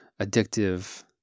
addictive